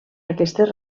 aquestes